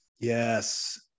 Yes